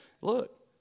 look